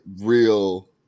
real